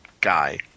guy